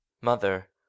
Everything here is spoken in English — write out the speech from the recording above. Mother